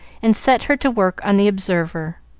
and set her to work on the observer,